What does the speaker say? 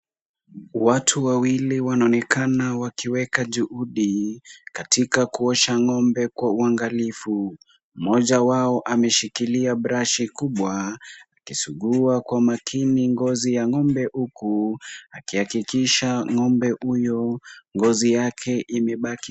Watu wawili wanaonekana wakiweka juhudi, katika kuosha ng'ombe kwa uangalifu. Mmoja wao ameshikilia brushi kubwa akisugua kwa makini ngozi ya ng'ombe, huku akihakikisha ng'ombe huyu ngozi yake imebaki.